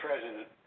president